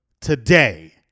today